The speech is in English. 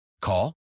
Call